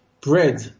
bread